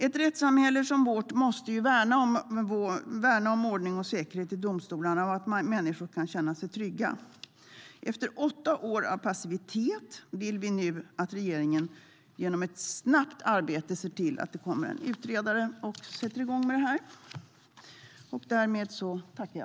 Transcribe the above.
Ett rättssamhälle som vårt måste värna ordning och säkerhet i domstolarna och att människor kan känna sig trygga. Efter åtta år av passivitet vill vi nu att regeringen genom ett snabbt arbete ser till att det kommer en utredare och sätter igång med detta.